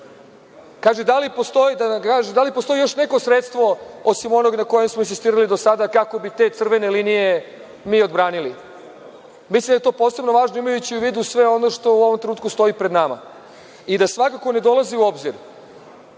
kaže da li postoji još neko sredstvo osim onog na kojem smo insistirali do sada, kako bi te crvene linije mi odbranili? Mislim da je to posebno važno, imajući u vidu sve ono što u ovom trenutku stoji pred nama, i da svakako ne dolazi u obzir